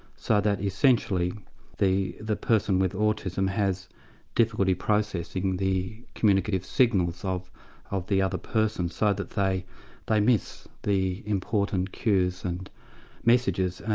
so that essentially the person with autism has difficulty processing the communicative signals of of the other person, so that they they miss the important cues and messages. and